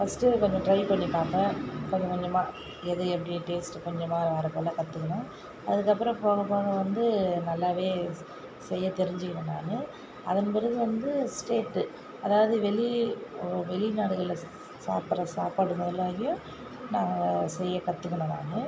first கொஞ்சம் try பண்ணி பார்த்தன் கொஞ்ஜ கொஞ்சமாக எது எப்படி டேஸ்ட் கொஞ்சமாக வர கற்றுகின அதுக்கப்புறோம் போக போக வந்து நல்லாவே செய்ய தெரிஞ்சிகின நான் அதன் பிறகு வந்து ஸ்டேட்டு அதாவது வெளி வெளிநாடுகளை சாப்பிட்ற சாப்பாடுங்களையும் நான் செய்ய கற்றுக்கின்ன நான்